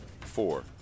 four